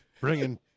bringing